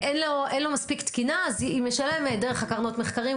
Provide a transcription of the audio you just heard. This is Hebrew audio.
אין לבית החולים מספיק תקינה אז היא משלמת דרך קרנות המחקרים.